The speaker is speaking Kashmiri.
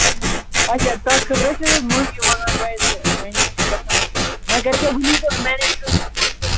آچھا تَتھ خٲطرٕ حظ چھِ أسۍ معٲفی منٛگان تۄہہِ تہِ وۄنۍ یہِ چھُ گژھان وۄنۍ کَر ایٚکیٛاہ وٕنی بہٕ مٮ۪نیجَرَس فون تہٕ